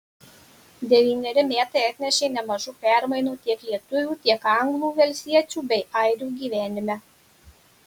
devyneri metai atnešė nemažų permainų tiek lietuvių tiek anglų velsiečių bei airių gyvenime